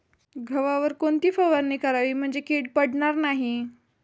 गव्हावर कोणती फवारणी करावी म्हणजे कीड पडणार नाही?